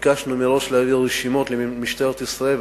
ביקשנו מראש להעביר רשימות למשטרת ישראל,